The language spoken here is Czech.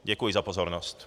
Děkuji za pozornost.